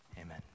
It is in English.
Amen